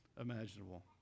imaginable